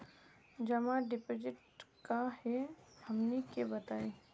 जमा डिपोजिट का हे हमनी के बताई?